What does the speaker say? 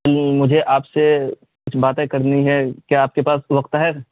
جی مجھے آپ سے کچھ باتیں کرنی ہے کیا آپ کے پاس وقت ہے